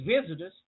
visitors